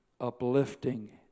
uplifting